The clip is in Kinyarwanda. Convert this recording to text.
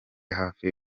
hafi